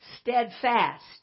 steadfast